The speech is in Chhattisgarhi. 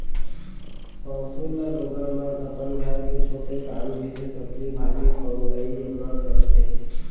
पौंसुल ल लोगन मन अपन घर के छोटे काम जइसे सब्जी भाजी पउलई म करथे